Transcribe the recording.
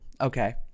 okay